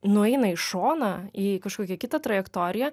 nueina į šoną į kažkokią kitą trajektoriją